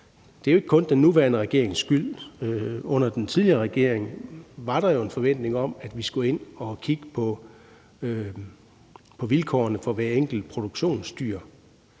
Det er jo ikke kun den nuværende regerings skyld. Under den tidligere regering var der en forventning om, at vi skulle ind at kigge på vilkårene for hvert enkelt produktionsdyr,